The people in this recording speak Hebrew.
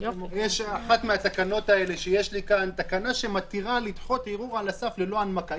אחת מהתקנות הללו מתירה לדחות ערעור על הסף ללא הנמקה.